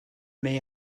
may